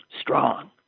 Strong